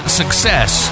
success